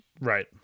Right